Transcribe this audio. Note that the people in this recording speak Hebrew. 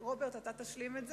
רוברט, אתה תשלים את זה.